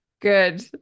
Good